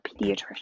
pediatrician